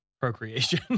procreation